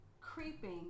creeping